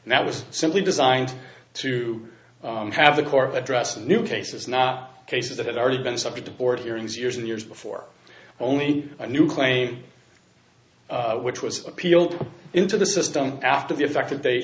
and that was simply designed to have the court of address new cases not cases that are been subject to board hearings years and years before only a new claim which was appealed into the system after the fact that they